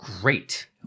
great